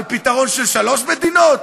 על פתרון של שלוש מדינות?